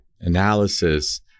analysis